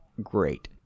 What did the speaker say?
Great